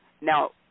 Now